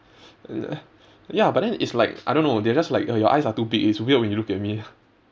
ya but then it's like I don't know they're just like your your eyes are too big it's weird when you look at me